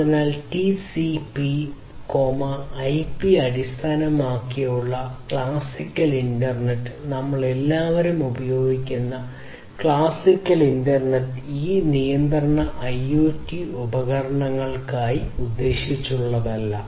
അതിനാൽ TCPIP അടിസ്ഥാനമാക്കിയുള്ള classical internet നമ്മൾ എല്ലാവരും ഉപയോഗിക്കുന്ന ക്ലാസിക്കൽ ഇന്റർനെറ്റ് ഈ നിയന്ത്രണ IoT ഉപകരണങ്ങൾക്കായി ഉദ്ദേശിച്ചുള്ളതല്ല